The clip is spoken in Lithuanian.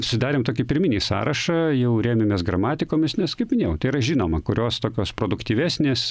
sudarėm tokį pirminį sąrašą jau rėmėmės gramatikomis nes kaip minėjau tai yra žinoma kurios tokios produktyvesnės